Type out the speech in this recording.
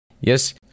Yes